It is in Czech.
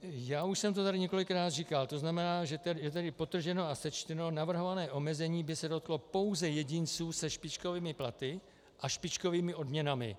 Já už jsem to tady několikrát říkal, že tedy podtrženo a sečteno, navrhované omezení by se dotklo pouze jedinců se špičkovými platy a špičkovými odměnami.